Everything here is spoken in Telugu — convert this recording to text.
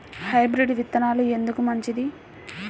హైబ్రిడ్ విత్తనాలు ఎందుకు మంచిది?